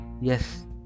Yes